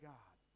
God